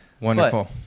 Wonderful